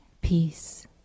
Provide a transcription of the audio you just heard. peace